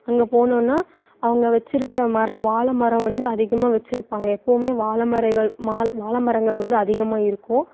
அங்கே போனோம்னா அவங்க வச்சிருக்க மரம் வாழ மரம் வந்து அதிகமாக வச்சிருப்பாங்க எப்போவுமே வாழ மரகள் மால் வாழ மரங்கள் வந்து அதிகமாக இருக்கும்